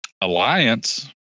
Alliance